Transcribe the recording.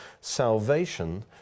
salvation